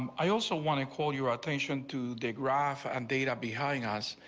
um i also want to call your attention to dig raaf and ate up behind us.